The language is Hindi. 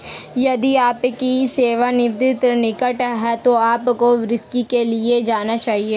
यदि आपकी सेवानिवृत्ति निकट है तो आपको वार्षिकी के लिए जाना चाहिए